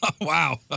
Wow